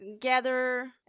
gather